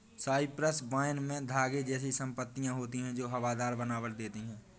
Cyprus vine में धागे जैसी पत्तियां होती हैं जो हवादार बनावट देती हैं